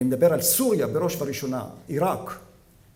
אני מדבר על סוריה בראש ובראשונה, עיראק.